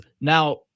Now